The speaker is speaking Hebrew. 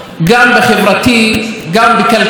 גם בכלכלית וגם מעבר לכך.